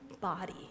body